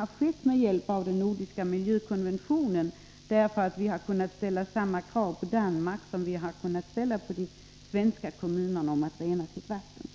En stor hjälp härvid är den nordiska miljökonventionen, eftersom vi har kunnat ställa samma krav på Danmark som på de svenska kommunerna att rena vattnet.